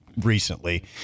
recently